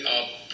up